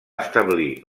establir